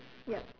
ya